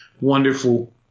wonderful